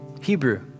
Hebrew